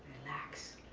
relax,